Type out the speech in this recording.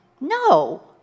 No